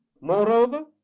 Moreover